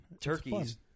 turkeys